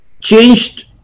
changed